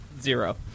Zero